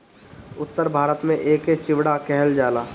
उत्तर भारत में एके चिवड़ा कहल जाला